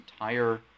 entire